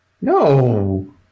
no